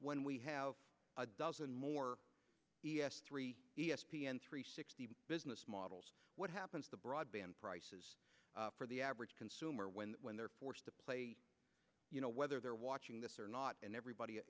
when we have a dozen more e f three e s p n three sixty business models what happens the broadband prices for the average consumer when when they're forced to play you know whether they're watching this or not and everybody